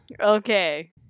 Okay